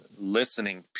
listening